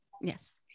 yes